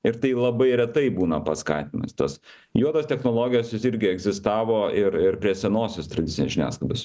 ir tai labai retai būna paskatinimas tas juodos technologijos jos irgi egzistavo ir ir prie senosios tradicinės žiniasklaidos